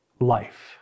life